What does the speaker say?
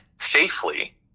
safely